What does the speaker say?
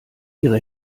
ihre